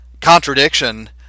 contradiction